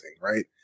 right